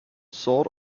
sort